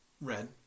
red